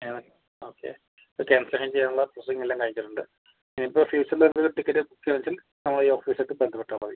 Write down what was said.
എങ്ങനെ ഓക്കെ ഇത് ക്യാൻസലേഷൻ ചെയ്യാനുള്ള പ്രൊസീജിയർ എല്ലാം കഴിഞ്ഞിട്ടുണ്ട് ഇനി ഇപ്പം ഫ്യൂച്ചറിൽ എന്തെങ്കിലും ടിക്കറ്റ് ബുക്ക് ചെയ്യണം വെച്ചാൽ നമ്മള ഈ ഓഫീസ് ആയിട്ട് ബന്ധപ്പെട്ടാൽ മതി